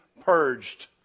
purged